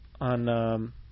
on